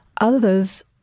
Others